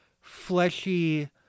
fleshy